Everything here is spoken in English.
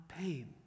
pain